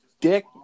dick